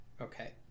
Okay